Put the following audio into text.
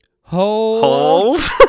Hold